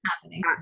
happening